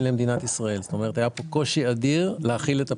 למדינת ישראל והיה קושי אדיר להאכיל את הפרות.